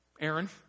Aaron